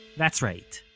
that's right.